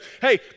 hey